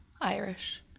Irish